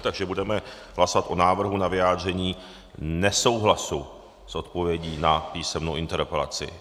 Takže budeme hlasovat o návrhu na vyjádření nesouhlasu s odpovědí na písemnou interpelaci.